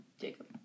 Jacob